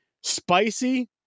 spicy